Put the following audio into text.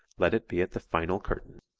let it be at the final curtain.